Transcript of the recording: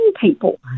people